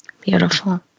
Beautiful